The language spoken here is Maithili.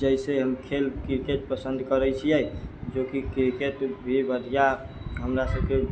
जैसे हम खेल क्रिकेट पसन्द करै छियै जो कि क्रिकेट भी बढ़िऑं हमरा सबके